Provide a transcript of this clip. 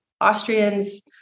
Austrians